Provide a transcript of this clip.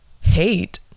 hate